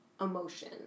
emotion